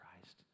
Christ